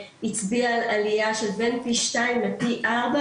שהצביע על עלייה של בין פי שתיים לפי ארבע,